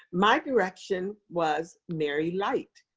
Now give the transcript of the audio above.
my direction was marry light.